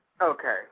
Okay